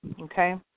Okay